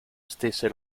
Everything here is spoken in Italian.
stesse